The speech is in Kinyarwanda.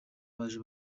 baje